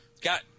got